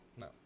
No